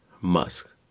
Musk